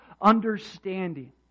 understanding